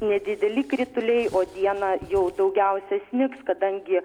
nedideli krituliai o dieną jau daugiausiai snigs kadangi